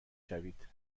شوید